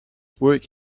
work